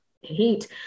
heat